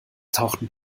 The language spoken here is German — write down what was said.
tauchten